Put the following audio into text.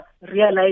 realize